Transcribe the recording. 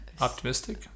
optimistic